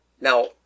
now